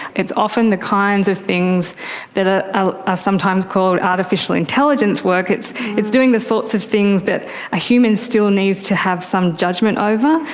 it's often the kinds of things that ah are sometimes called artificial intelligence work. it's it's doing the sorts of things that a human still needs to have some judgement over,